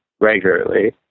regularly